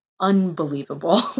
unbelievable